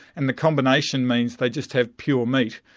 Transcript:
and the combination means they just have pure meat.